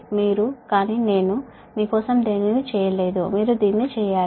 మీరు కానీ నేను మీ కోసం దీనిని చేయలేదు మీరే దీన్ని చేయాలి